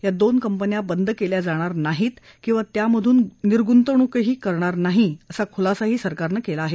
या दोन कंपन्या बंद केल्या जाणार नाहीत किंवा त्यामधून निर्गुतवणूकही करणार नाही असा खुलासाही सरकारन केला आहे